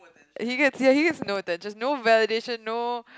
he gets he gets no attention no validation no